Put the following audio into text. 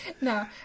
No